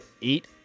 eat